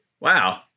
Wow